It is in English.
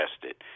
tested –